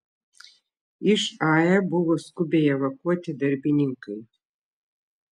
iš ae buvo skubiai evakuoti darbininkai